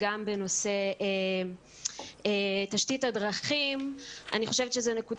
שהם באמת הבעיה הגדולה של החינוך בנגב בכפרים הלא